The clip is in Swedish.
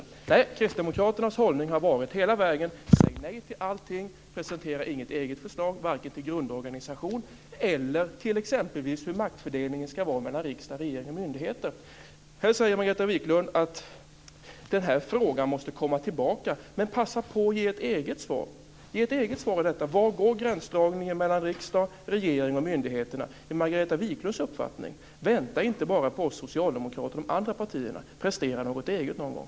Nej, hela vägen har kristdemokraternas hållning varit: Säg nej till allting, presentera inget eget förslag, vare sig till grundorganisation eller till hur maktfördelningen ska vara mellan riksdag, regering och myndigheter! Sedan säger Margareta Viklund att den här frågan måste komma tillbaka. Men passa på att ge ett eget svar på frågan: Var går gränsdragningen mellan riksdag, regering och myndigheter, enligt Margareta Viklunds uppfattning? Vänta inte bara på oss socialdemokrater och de andra partierna. Prestera något eget någon gång!